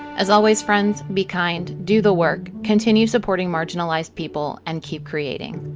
as always, friends be kind, do the work, continue supporting marginalized people, and keep creating.